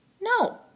No